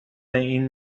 این